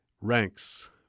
ranks